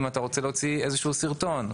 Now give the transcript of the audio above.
אם אתה רוצה להוציא איזשהו סרטון,